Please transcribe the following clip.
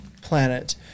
planet